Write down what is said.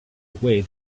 away